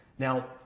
Now